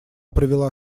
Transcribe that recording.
привела